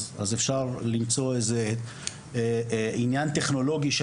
אז אפשר למצוא איזה עניין טכנולוגי של